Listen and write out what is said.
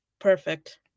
perfect